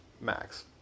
Max